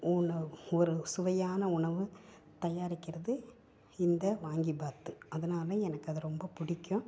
உணவு ஒரு சுவையான உணவு தயாரிக்கிறது இந்த வாங்கிபாத் அதனால எனக்கு அது ரொம்ப பிடிக்கும்